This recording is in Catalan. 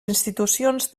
institucions